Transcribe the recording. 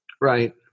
Right